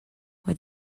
what